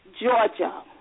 Georgia